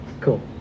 cool